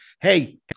hey